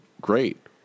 great